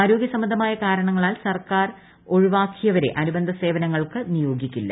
ആരോഗ്യസംബന്ധമായ കാരണങ്ങളാൽ സർക്കാർ ഒഴിവാക്കിയവരെ അനുബന്ധന സേവനങ്ങൾക്ക് നിയോഗിക്കില്ല